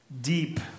Deep